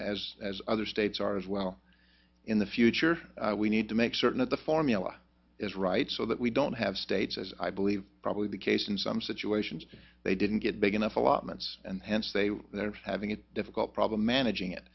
as as other states are as well in the future we need to make certain that the formula is right so that we don't have states as i believe probably the case in some situations they didn't get big enough allotments and hence they are having a difficult problem managing it